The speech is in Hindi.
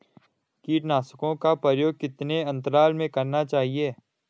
कीटनाशकों का प्रयोग कितने अंतराल में करना चाहिए?